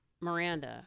Miranda